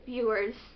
Viewers